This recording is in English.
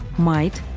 might,